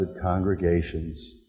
congregations